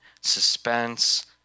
suspense